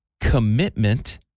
Commitment